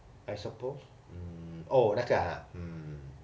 I suppose mm oh 那个 ah mm